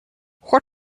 what